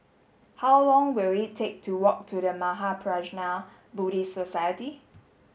how long will it take to walk to The Mahaprajna Buddhist Society